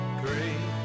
great